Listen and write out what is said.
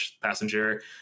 passenger